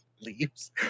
leaves